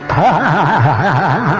aa